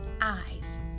eyes